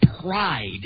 pride